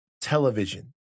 television